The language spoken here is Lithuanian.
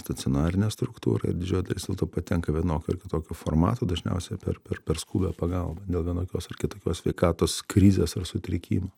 stacionarinė struktūra ir didžioji dalis dėl to patenka vienokiu ar kitokiu formatu dažniausiai per per per skubią pagalbą dėl vienokios ar kitokios sveikatos krizės ar sutrikimo